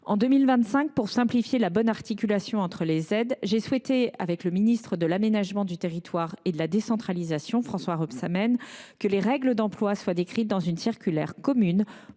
En 2025, pour simplifier l’articulation entre les aides, j’ai souhaité, avec le ministre de l’aménagement du territoire et de la décentralisation, François Rebsamen, que les règles d’emploi soient décrites dans une circulaire conjointe